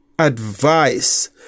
advice